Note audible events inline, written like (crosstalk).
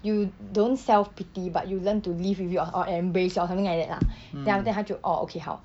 you don't self pity but you learn to live with your or embrace or something like that lah (breath) then after that 他就 orh okay 好